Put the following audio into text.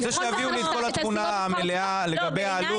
אני רוצה שיביאו אלי את כל התמונה המלאה לגבי העלות.